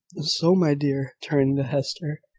so, my dear, turning to hester,